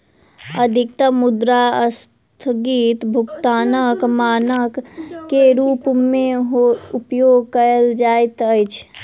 अधिकतम मुद्रा अस्थगित भुगतानक मानक के रूप में उपयोग कयल जाइत अछि